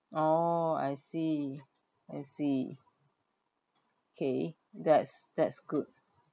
oh I see I see okay that's that's good